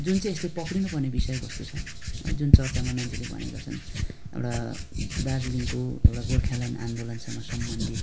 जुन चाहिँ यसले पक्रिनु पर्ने विषय वस्तु छ जुन चर्चामा मान्छेले भनेका छन् एउटा दार्जिलिङको एउटा गोर्खाल्यान्ड आन्दोलनसँग सम्बन्धित